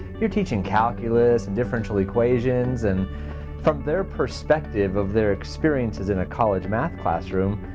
you're teaching calculus, and differential equations. and from their perspective of their experiences in a college math classroom,